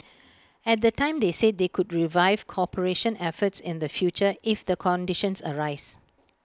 at the time they said they could revive cooperation efforts in the future if the conditions arise